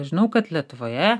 žinau kad lietuvoje